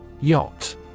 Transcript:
Yacht